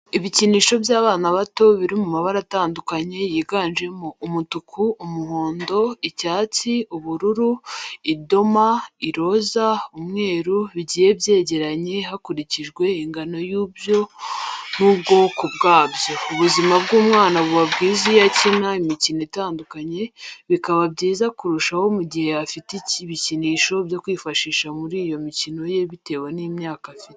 Ibikinisho by'abana bato biri mu mabara atandukanye yiganjemo umutuku, umuhondo, icyatsi ,ubururu , idoma , iroza, umweru, bigiye byegeranye hakurikijwe ingano yabyo n'ubwokobwabyo ubuzima bw'umwana buba bwiza iyo akina imikino itandukanye, bikaba byiza kurushaho mu gihe afite ibikinisho byo kwifashisha muri iyo mikino ye bitewe n'imyaka afite.